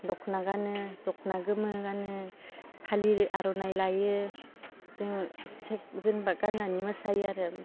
दख'ना गानो दख'ना गोमो गानो फालि आर'नाइ लायो जोङो सेक जेनबा गाननानै मोसायो आरो